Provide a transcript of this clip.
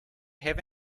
have